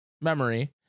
memory